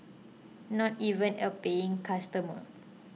not even a paying customer